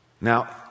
Now